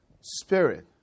spirit